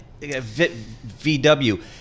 VW